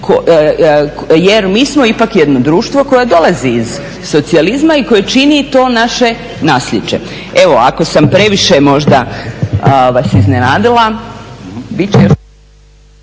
jer mi smo ipak jedno društvo koje dolazi iz socijalizma i koje čini to naše nasljeđe. Evo ako sam previše možda vas iznenadila …